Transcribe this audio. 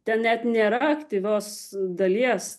ten net nėra aktyvios dalies